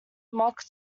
mock